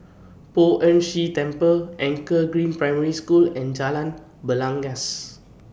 Poh Ern Shih Temple Anchor Green Primary School and Jalan Belangkas